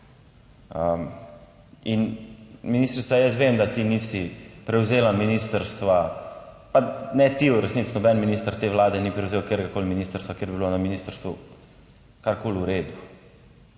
In ministrica, jaz vem, da ti nisi prevzela ministrstva, pa ne ti, v resnici noben minister te vlade ni prevzel kateregakoli ministrstva, kjer bi bilo na ministrstvu karkoli v redu.